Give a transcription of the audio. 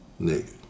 Nigga